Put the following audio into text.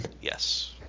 Yes